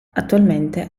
attualmente